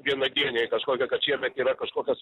vienadieniai kažkokie kad šiemet yra kažkokios